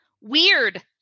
Weird